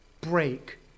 break